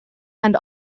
and